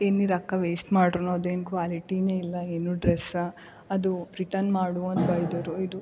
ಎನ್ನಿ ರೊಕ್ಕ ವೇಸ್ಟ್ ಮಾಡ್ರು ಅದೇನು ಕ್ವಾಲಿಟಿನೇ ಇಲ್ಲ ಇನ್ನು ಡ್ರೆಸ್ಸ ಅದು ರಿಟರ್ನ್ ಮಾಡು ಅಂತ ಬೈದರು ಇದು